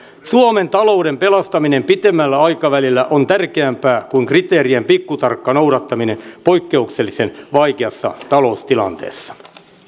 suomen talouden pelastaminen pitemmällä aikavälillä on tärkeämpää kuin kriteerien pikkutarkka noudattaminen poikkeuksellisen vaikeassa taloustilanteessa